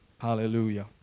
Hallelujah